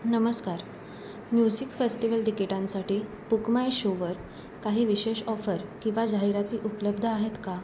नमस्कार music festival तिकीटांसाठी book my शोवर काही विशेष ऑफर किंवा जाहिराती उपलब्ध आहेत का